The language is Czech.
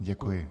Děkuji.